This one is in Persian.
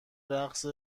رقص